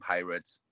Pirates